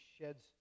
sheds